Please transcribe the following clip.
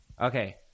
Okay